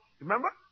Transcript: remember